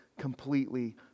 completely